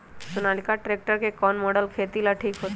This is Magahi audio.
सोनालिका ट्रेक्टर के कौन मॉडल खेती ला ठीक होतै?